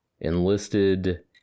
enlisted